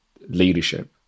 leadership